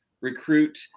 recruit